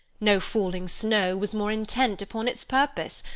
no falling snow was more intent upon its purpose,